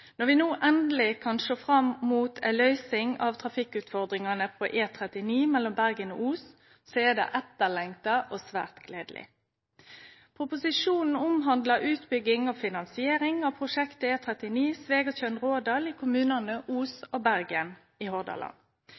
Når vi no endeleg kan sjå fram mot ei løysing av trafikkutfordringane på E39 mellom Bergen og Os, er det etterlengta og svært gledeleg. Proposisjonen omhandlar utbygging og finansiering av prosjektet E39 Svegatjørn–Rådal i kommunane Os og Bergen i Hordaland.